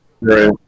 Right